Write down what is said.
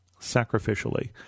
sacrificially